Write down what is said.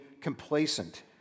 complacent